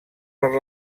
per